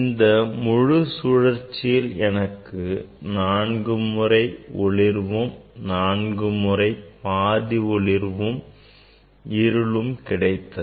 இந்த முழு சுழற்சியில் எனக்கு நான்கு முறை சம ஒளிர்வும் நான்கு முறை பாதி ஒளிர்வும் பாதி இருளும் கிடைத்தது